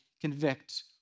convict